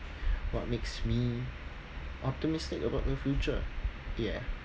what makes me optimistic about the future ya